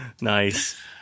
Nice